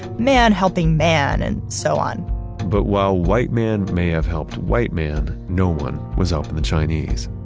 man helping man, and so on but while white man may have helped white man, no one was helping the chinese.